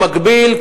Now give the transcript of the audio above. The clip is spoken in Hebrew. במקביל,